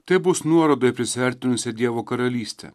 tai bus nuoroda į prisiartinusią dievo karalystę